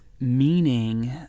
meaning